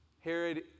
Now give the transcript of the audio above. Herod